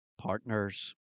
partners